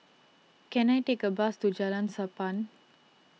can I take a bus to Jalan Sappan